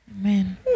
Amen